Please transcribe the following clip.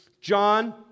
John